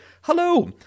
hello